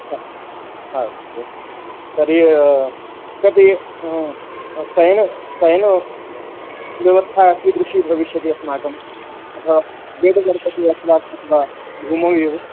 हा अस्तु तर्हि कति शयन शयनव्यवस्था कीदृशी भविष्यति अस्माकं अथवा यद् भविषति अस्माकं भूमौ एव